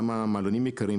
למה המעלונים יקרים?